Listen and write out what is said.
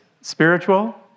spiritual